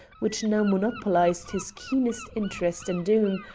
which now monopolised his keenest interest in doom,